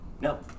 no